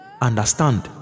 understand